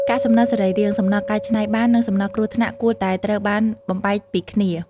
កាកសំណល់សរីរាង្គ សំណល់កែច្នៃបាន និងសំណល់គ្រោះថ្នាក់ គួរតែត្រូវបានបំបែកពីគ្នា។